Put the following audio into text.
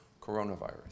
coronavirus